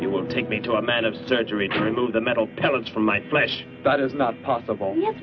you will take me to a man of surgery turn to the metal pellets from my flesh that is not possible yes